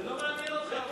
זה לא מעניין אותך.